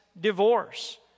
divorce